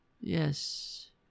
Yes